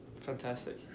Fantastic